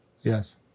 yes